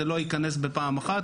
זה לא ייכנס בפעם אחת,